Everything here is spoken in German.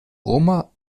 roma